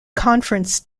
conference